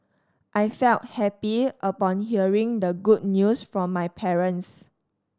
I felt happy upon hearing the good news from my parents